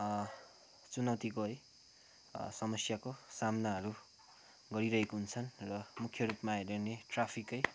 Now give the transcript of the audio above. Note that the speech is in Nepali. चुनौतिको है समस्याको सामनाहरू गरिरहेको हुन्छ र मुख्य रूपमा हेऱ्यो भने ट्राफिककै